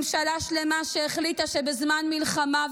ממשלה שלמה שהחליטה שבזמן מלחמה,